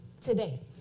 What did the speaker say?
today